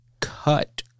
cut